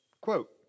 Quote